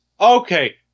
Okay